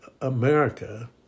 America